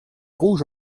rouge